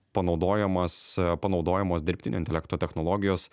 panaudojamas panaudojamos dirbtinio intelekto technologijos